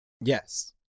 Yes